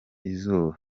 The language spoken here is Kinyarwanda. izuba